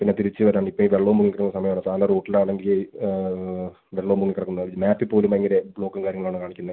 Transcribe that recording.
പിന്നെ തിരിച്ച് വരാൻ ഇപ്പോൾ ഈ വെള്ളം മുങ്ങി കിടക്കുന്ന സമയമാണ് സാറിൻ്റെ റൂട്ടിൽ ആണെങ്കിൽ വെള്ളം മുങ്ങി കിടക്കുന്ന ഒരു മാപ്പിൽ പോലും ഭയങ്കര ബ്ലോക്കും കാര്യങ്ങളാണ് കാണിക്കുന്നത്